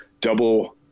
double